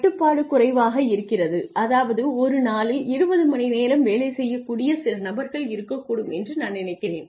கட்டுப்பாடு குறைவாக இருக்கிறது அதாவது ஒரு நாளில் 20 மணிநேரம் வேலை செய்யக்கூடிய சில நபர்கள் இருக்கக்கூடும் என்று நான் நினைக்கிறேன்